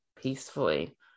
peacefully